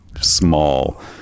small